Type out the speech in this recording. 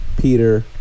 Peter